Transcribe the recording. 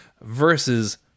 versus